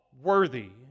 worthy